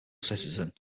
citizen